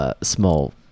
small